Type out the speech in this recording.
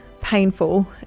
painful